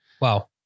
Wow